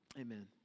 Amen